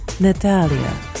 Natalia